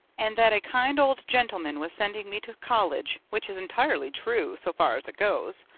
and that a kind old gentleman was sending me to college which is entirely true so far as it goes.